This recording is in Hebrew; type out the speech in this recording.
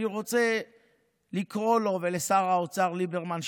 אני רוצה לקרוא לו ולשר האוצר ליברמן,